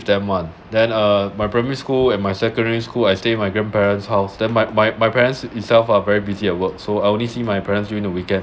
them one uh my primary school and my secondary school I stay at my grandparents house then my my my parents itself are very busy at work so I only see my parents during the weekend